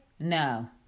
No